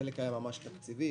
חלק היה ממש תקציבי,